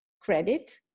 credit